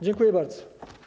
Dziękuję bardzo.